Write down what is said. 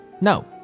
No